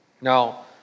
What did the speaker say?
Now